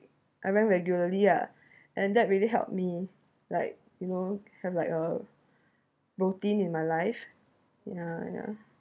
I ran regularly ah and that really help me like you know kind like a routine in my life ya ya